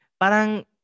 Parang